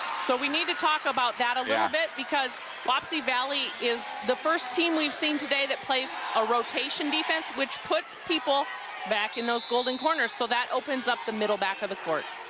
so we need to talk about thata little bit because wapsie valley is the first team we've seen today that plays a rotation defense, which puts people back in those golden corners. so that opens up the middle back of the court.